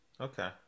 okay